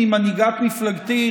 ממנהיגת מפלגתי,